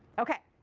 ok.